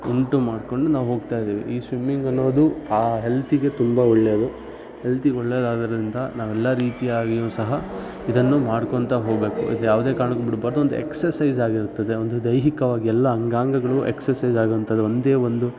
ಉಂಟು ಮಾಡ್ಕೊಂಡು ನಾವು ಹೋಗ್ತಾ ಇದ್ದೀವಿ ಈ ಸ್ವಿಮ್ಮಿಂಗ್ ಅನ್ನೋದು ಆ ಹೆಲ್ತಿಗೆ ತುಂಬ ಒಳ್ಳೆಯದು ಹೆಲ್ತಿಗೆ ಒಳ್ಳೆಯದಾಗೋದ್ರಿಂದ ನಾವೆಲ್ಲ ರೀತಿಯಾಗಿಯೂ ಸಹ ಇದನ್ನು ಮಾಡ್ಕೊಳ್ತಾ ಹೋಗಬೇಕು ಇದು ಯಾವುದೇ ಕಾರಣಕ್ಕೂ ಬಿಡಬಾರ್ದು ಒಂದು ಎಕ್ಸಸೈಸ್ ಆಗಿರುತ್ತದೆ ಒಂದು ದೈಹಿಕವಾಗಿ ಎಲ್ಲ ಅಂಗಾಂಗಗಳು ಎಕ್ಸರ್ಸೈಸ್ ಆಗುವಂಥದ್ದು ಒಂದೇ ಒಂದು